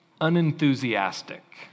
unenthusiastic